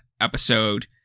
episode